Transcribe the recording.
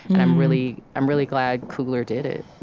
and i'm really i'm really glad coogler did it